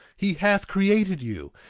he hath created you,